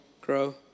grow